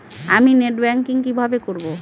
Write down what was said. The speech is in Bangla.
আমি নেট ব্যাংকিং কিভাবে করব?